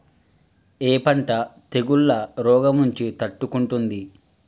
ఏ పంట తెగుళ్ల రోగం నుంచి తట్టుకుంటుంది?